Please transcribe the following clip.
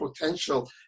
potential